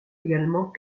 également